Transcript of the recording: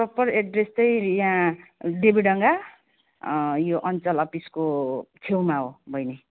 proper address चाहिँ यहाँ देवीडङ्गा यो अञ्चल अफिसको छेउमा हो बहिनी